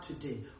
today